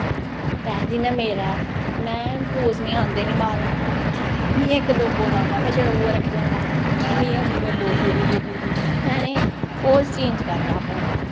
ते जियां मेरा ऐ में पोज़ निं आंदे निं मारन ठीक ऐ मीं इक दो पोज़ आंदा में जेह्ड़ा उ'यै रक्खे दा होंदा ते मीं अग्गों दा मेरे दोस्त बोलदे भैने पोज़ चेंज़ करी लै अपना